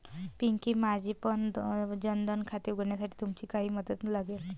पिंकी, माझेपण जन धन खाते उघडण्यासाठी तुमची काही मदत लागेल